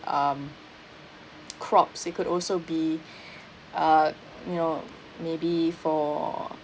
um crops it could also be uh you know maybe for